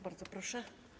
Bardzo proszę.